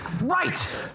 Right